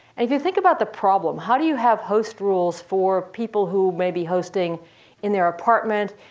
and if you think about the problem, how do you have host rules for people who may be hosting in their apartment,